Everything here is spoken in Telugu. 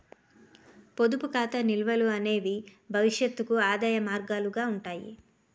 పొదుపు ఖాతా నిల్వలు అనేవి భవిష్యత్తుకు ఆదాయ మార్గాలుగా ఉంటాయి